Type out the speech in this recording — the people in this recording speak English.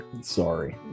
sorry